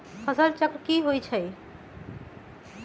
फसल चक्र की होइ छई?